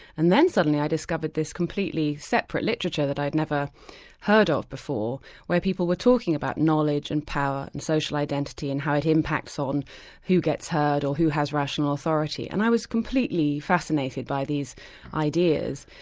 and then suddenly i discovered this completely separate literature that i've never heard of before where people were talking about knowledge and power and social identity and how it impacts on who gets heard or who has rational authority. i was completely fascinated by these ideas,